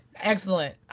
Excellent